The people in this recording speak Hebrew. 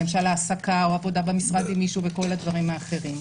למשל: העסקה או עבודה במשרד עם מישהו וכל הדברים האחרים.